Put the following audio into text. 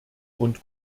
und